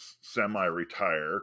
semi-retire